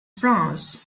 france